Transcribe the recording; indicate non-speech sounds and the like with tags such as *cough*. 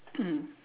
*coughs*